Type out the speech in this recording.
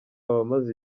abamaze